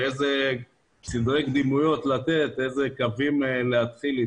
איזה סדרי קדימויות לתת ובאיזה קווים להתחיל.